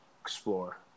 explore